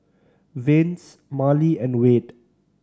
Vance Marley and Wade